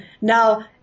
now